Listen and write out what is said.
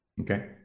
Okay